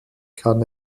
kann